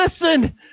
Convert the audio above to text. listen